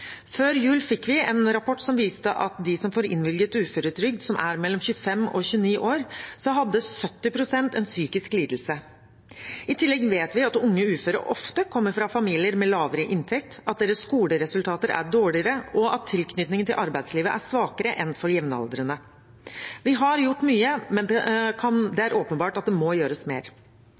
Før jul fikk vi en rapport som viste at av dem mellom 25 og 29 år som får innvilget uføretrygd, hadde 70 pst. en psykisk lidelse. I tillegg vet vi at unge uføre ofte kommer fra familier med lavere inntekt, at deres skoleresultater er dårligere, og at tilknytningen til arbeidslivet er svakere enn for jevnaldrende. Vi har gjort mye, men det er åpenbart at det må gjøres mer.